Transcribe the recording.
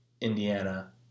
Indiana